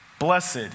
Blessed